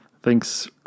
Thanks